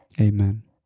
Amen